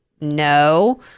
no